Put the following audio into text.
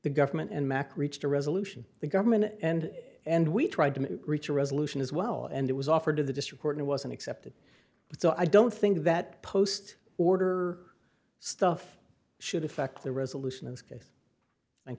the government and mack reached a resolution the government and and we tried to reach a resolution as well and it was offered to the district and wasn't accepted so i don't think that post order stuff should affect the resolution o